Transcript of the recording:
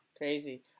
Crazy